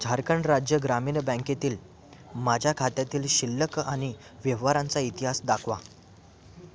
झारखंड राज्य ग्रामीण बँकेतील माझ्या खात्यातील शिल्लक आणि व्यवहारांचा इतिहास दाखवा